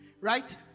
right